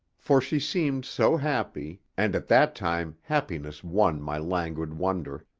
for she seemed so happy, and at that time happiness won my languid wonder,